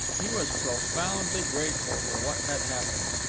he was profoundly grateful for what had happened.